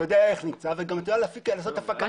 אתה יודע לעשות הפקת לקחים.